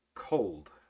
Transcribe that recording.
cold